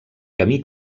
camí